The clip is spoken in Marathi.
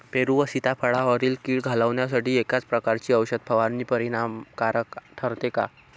पेरू व सीताफळावरील कीड घालवण्यासाठी एकाच प्रकारची औषध फवारणी परिणामकारक ठरते का?